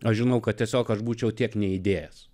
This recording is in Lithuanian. aš žinau kad tiesiog aš būčiau tiek neįdės